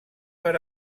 per